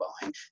buying